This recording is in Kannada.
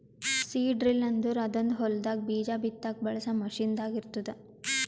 ಸೀಡ್ ಡ್ರಿಲ್ ಅಂದುರ್ ಅದೊಂದ್ ಹೊಲದಾಗ್ ಬೀಜ ಬಿತ್ತಾಗ್ ಬಳಸ ಮಷೀನ್ ದಾಗ್ ಇರ್ತ್ತುದ